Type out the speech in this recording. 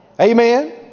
Amen